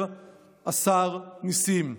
אומר השר נסים,